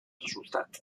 resultat